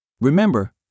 Remember